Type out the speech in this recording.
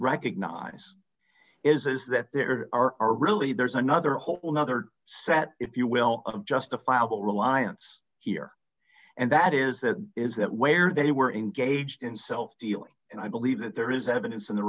recognize is that there are really there's another whole nother set if you will of justifiable reliance here and that is that is that where they were engaged in self dealing and i believe that there is evidence in the